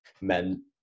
men